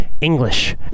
English